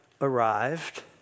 arrived